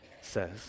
says